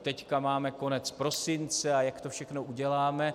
Teď máme konec prosince a jak to všechno uděláme?